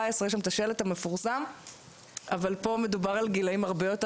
אבל פה מדובר על גילאים הרבה יותר